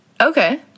okay